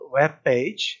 webpage